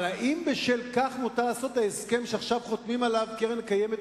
אבל האם בשל כך מותר לעשות את ההסכם שעכשיו חותמים עליו עם קרן קיימת,